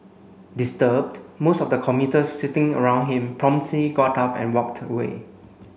disturbed most of the commuters sitting around him promptly got up and walked away